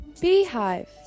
beehive